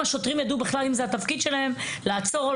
השוטרים ידעו בכלל אם זה התפקיד שלהם לעצור.